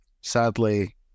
Sadly